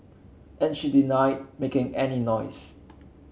and she denied making any noise